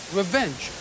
revenge